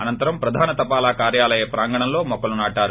అనంతరం ప్రధాన తపాల కార్యాలయ ప్రాంగణంలో మొక్కలు నాటారు